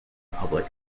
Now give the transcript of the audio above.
public